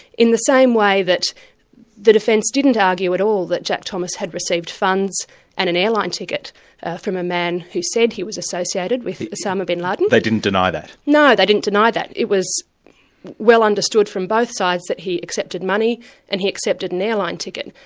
in the same way that the defence didn't argue at all that jack thomas had received funds and an airline ticket from a man who said he was associated with osama bin laden. they didn't deny that? no, they didn't deny that. it was well understood from both sides that he accepted money and he accepted an airline ticket,